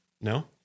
No